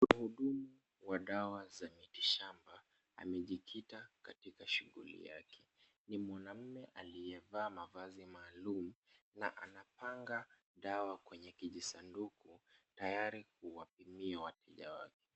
Mhudumu wa dawa za miti shamba amejikita katika shughuli yake, ni mwanamume aliyevaa mavazi maalum na anapanga dawa kwenye kijisanduku tayari kuwapimia wateja wake.